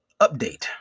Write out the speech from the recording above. update